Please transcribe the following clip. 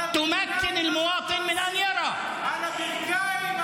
יש אמצעים טכנולוגיים שמאפשרים לאזרח לראות.) על הברכיים,